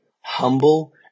humble